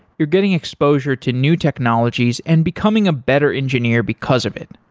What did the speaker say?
you're getting exposure to new technologies and becoming a better engineer because of it.